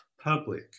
public